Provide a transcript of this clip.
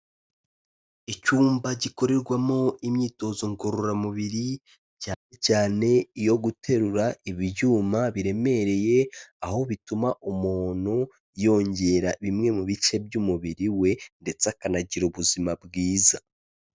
Icyumba gikorerwamo imyitozo ngororamubiri, cyane cyane iyo guterura ibyuma biremereye, aho bituma umuntu yongera bimwe mu bice by'umubiri we, ndetse akanagira ubuzima bwiza.